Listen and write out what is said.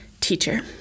teacher